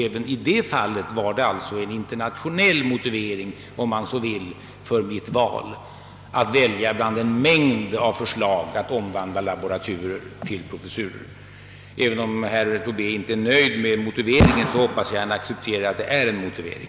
Även i det fallet finns det alltså en internationell motivering för mitt val bland en mängd förslag att omvandla laboraturer till professurer. Även om herr Tobé inte är nöjd med min motivering, hoppas jag dock att han accepterar att det är en motivering.